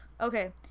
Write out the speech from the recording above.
Okay